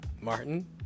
Martin